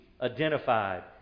identified